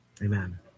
amen